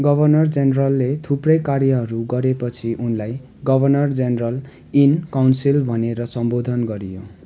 governor जेनरलले थुप्रै कार्यहरू गरेपछि उनलाई गभर्नर जेनरल इन काउन्सिल भनेर सम्बोधन गरियो